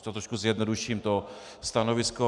Když to trošku zjednoduším, to stanovisko.